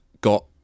got